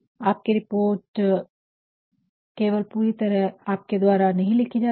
आपकी रिपोर्ट केवल पूरी तरह आपके द्वारा ही नहीं लिखी जाती है